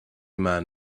man